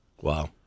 Wow